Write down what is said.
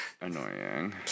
Annoying